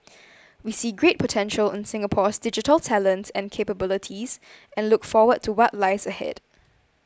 we see great potential in Singapore's digital talent and capabilities and look forward to what lies ahead